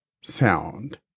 sound